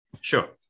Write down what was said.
Sure